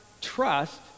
trust